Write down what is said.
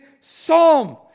Psalm